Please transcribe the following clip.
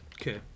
Okay